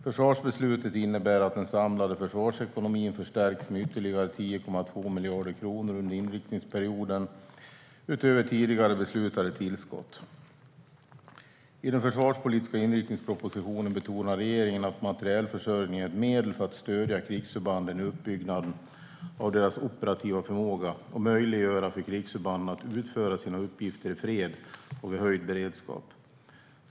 Försvarsbeslutet innebär att den samlade försvarsekonomin förstärks med ytterligare 10,2 miljarder kronor under inriktningsperioden, utöver tidigare beslutade tillskott. I den försvarspolitiska inriktningspropositionen betonar regeringen att materielförsörjning är ett medel för att stödja krigsförbanden i uppbyggnaden av deras operativa förmåga och för att möjliggöra för krigsförbanden att utföra sina uppgifter i fred och vid höjd beredskap.